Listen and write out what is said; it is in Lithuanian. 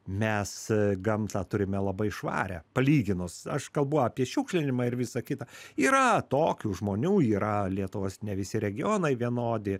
mes gamtą turime labai švarią palyginus aš kalbu apie šiukšlinimą ir visa kita yra tokių žmonių yra lietuvos ne visi regionai vienodi